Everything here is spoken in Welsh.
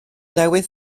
newydd